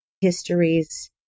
histories